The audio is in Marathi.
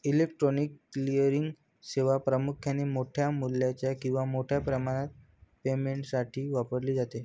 इलेक्ट्रॉनिक क्लिअरिंग सेवा प्रामुख्याने मोठ्या मूल्याच्या किंवा मोठ्या प्रमाणात पेमेंटसाठी वापरली जाते